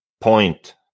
point